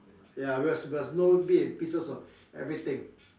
ya we must we must know bit and pieces of everything